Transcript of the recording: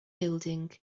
building